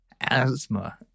asthma